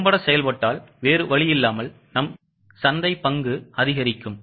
நாம் திறம்பட செயல்பட்டால் வேறு வழியில்லாமல் நம் சந்தை பங்கு அதிகரிக்கும்